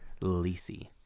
Lisi